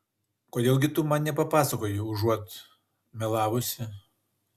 kodėl gi tu man nepapasakoji užuot melavusi